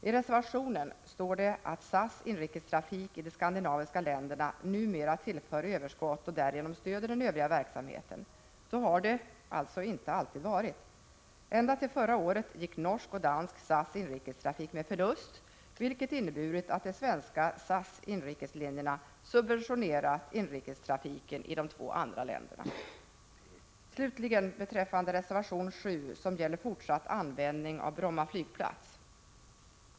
I reservationen står det att SAS inrikestrafik i de skandinaviska länderna numera tillför överskott och därigenom stöder den övriga verksamheten. Så har det alltså inte alltid varit. Ända till förra året gick norsk och dansk SAS-inrikestrafik med förlust, vilket inneburit att SAS svenska inrikeslinjer har subventionerat inrikestrafiken i de två andra länderna. Slutligen vill jag beröra reservation 7, som gäller fortsatt användning av Bromma flygplats.